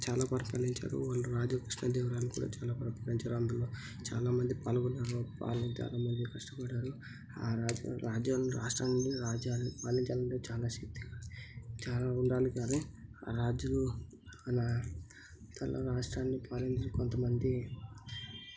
చాలా పరిపాలించారు వాళ్ళు రాజు కృష్ణదేవరాయలు కూడా చాలా పరిపాలించారు అందులో చాలా మంది పాల్గొన్నారు పాల్గొని చాలా మంది కష్టపడ్డారు ఆ రాజ్యం రాజ్యాన్ని రాష్ట్రాన్నీ రాజ్యాల్ని పాలించాలంటే చాలా శక్తి చాలా ఉండాలి కానీ ఆ రాజులు అలా తల రాష్ట్రాన్ని పాలించి కొంతమంది